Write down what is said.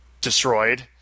destroyed